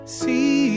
see